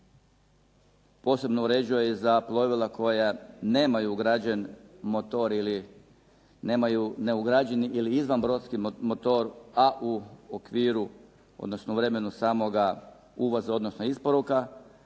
posebno uređuju za plovila koja nemaju ugrađen motor nemaju ugrađeni izvanbrodski motor, a u okviru odnosno u vremenu samog uvoza, odnosno isporuka,